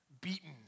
Beaten